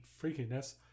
freakiness